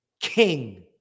King